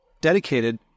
dedicated